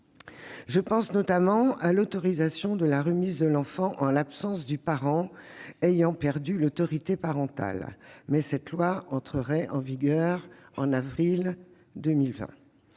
Je pense notamment à l'autorisation de la remise de l'enfant en l'absence du parent ayant perdu l'autorité parentale. Cette loi entrerait en vigueur en avril